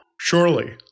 Surely